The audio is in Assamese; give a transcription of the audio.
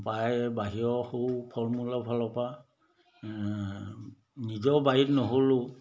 বা বাহিৰৰ সৰু ফলমূলৰ ফালৰ পৰা নিজৰ বাৰীত নহ'লেও